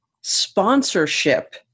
sponsorship